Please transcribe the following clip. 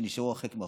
שנשארו הרחק מאחור.